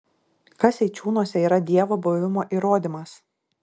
kas eičiūnuose yra dievo buvimo įrodymas